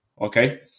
Okay